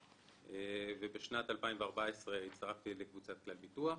בשנת 2014 הצטרפתי לקבוצת כלל ביטוח.